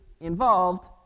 involved